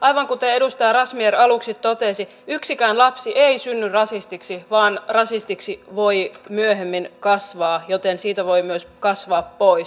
aivan kuten edustaja razmyar aluksi totesi yksikään lapsi ei synny rasistiksi vaan rasistiksi voi myöhemmin kasvaa joten siitä voi myös kasvaa pois